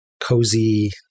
cozy